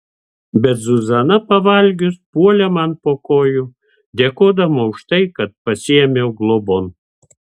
bet zuzana pavalgius puolė man po kojų dėkodama už tai kad pasiėmiau globon